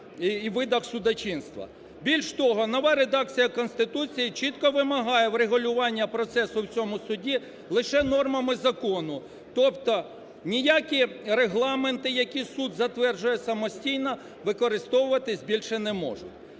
Більш того, нова редакція Конституції чітко вимагає врегулювання процесу в цьому суді лише нормами закону. Тобто ніякі регламенти, які суд затверджує самостійно, використовуватись більше не можуть.